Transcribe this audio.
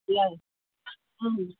ꯌꯥꯏ ꯎꯝ